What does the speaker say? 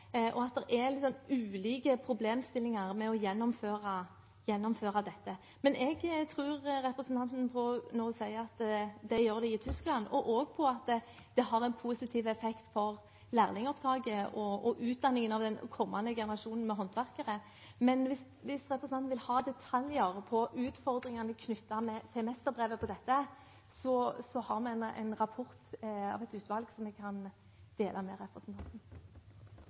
og det er litt ulike problemstillinger med hensyn til å gjennomføre dette. Men jeg tror representanten når hun sier at det gjør de i Tyskland, og også at det har en positiv effekt for lærlingopptaket og utdanningen av den kommende generasjonen med håndverkere. Men hvis representanten vil ha detaljer om utfordringene knyttet til mesterbrev her, har vi en rapport fra et utvalg som jeg kan dele med representanten.